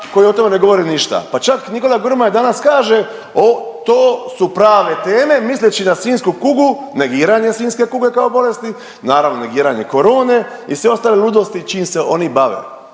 koji o tome ne govori ništa, pa čak Nikola Grmoja danas kaže to su prave teme misleći na svinjsku kugu, negiranje svinjske kuge kao bolesti, naravno negiranje korone i sve ostale ludosti čim se oni bave.